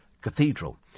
Cathedral